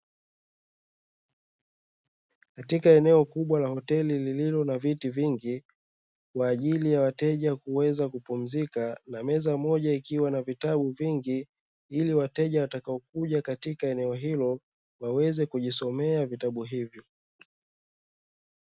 Katika eneo kubwa la hoteli lililo na viti vingi kwa ajili ya wateja kuweza kupumzika na meza moja, ikiwa na vitabu vingi ili wateja watakapo kuja katika eneo hilo waweze kujisomea vitabu hivyo.